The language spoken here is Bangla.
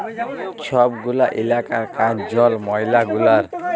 ছব গুলা ইলাকার কাজ জল, ময়লা গুলার